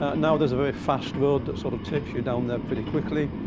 now there's a very fast road that sort of takes you down there pretty quickly.